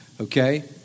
okay